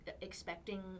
expecting